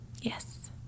Yes